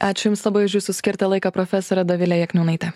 ačiū jums labai už jūsų skirtą laiką profesorė dovilė jakniūnaitė